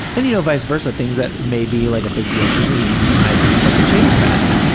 and, you know, vice versa, things that may be like a big deal to me, you might be, fucking change that.